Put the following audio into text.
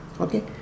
Okay